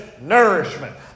nourishment